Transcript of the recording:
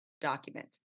document